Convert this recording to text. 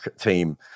team